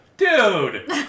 Dude